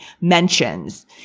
mentions